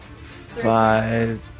five